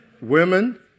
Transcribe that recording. Women